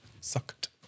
Sucked